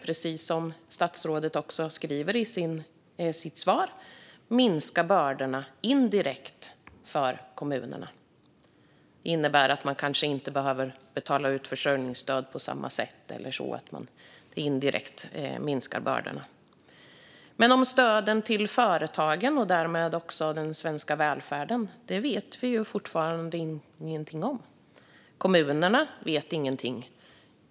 Precis som statsrådet säger i sitt svar kommer det att indirekt minska bördorna för kommunerna. De kanske inte behöver betala ut försörjningsstöd på samma sätt, vilket indirekt minskar bördorna. Stöden till företagen och därmed också den svenska välfärden vet vi dock fortfarande inget om. Kommunerna vet ingenting.